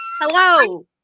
Hello